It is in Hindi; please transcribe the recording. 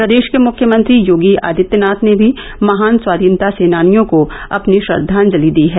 प्रदेश के मुख्यमंत्री योगी आदित्यनाथ ने भी महान स्वाधीनता सेनानियों को अपनी श्रद्वाजलि दी है